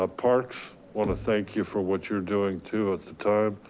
ah parks want to thank you for what you're doing to at the time.